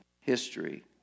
history